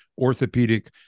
orthopedic